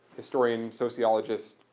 historian sociologist,